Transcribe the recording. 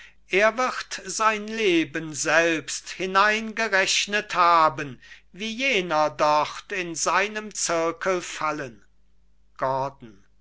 er wird sein leben selbst hineingerechnet haben wie jener dort in seinem zirkel fallen gordon